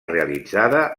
realitzada